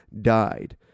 died